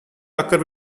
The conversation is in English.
occur